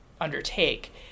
undertake